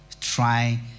try